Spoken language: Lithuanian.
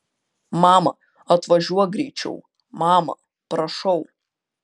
mama atvažiuok greičiau mama prašau